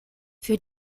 für